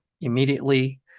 immediately